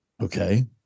Okay